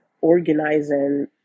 organizing